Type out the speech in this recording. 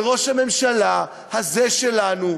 וראש הממשלה הזה שלנו,